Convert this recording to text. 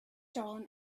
dawn